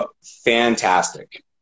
fantastic